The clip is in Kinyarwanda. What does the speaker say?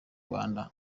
rwanda